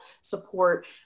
support